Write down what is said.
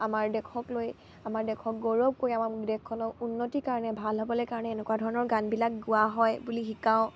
আমাৰ দেশক লৈ আমাৰ দেশক গৌৰৱ কৰি আমাৰ দেশখনক উন্নতিৰ কাৰণে ভাল হ'বলে কাৰণে এনেকুৱা ধৰণৰ গানবিলাক গোৱা হয় বুলি শিকাওঁ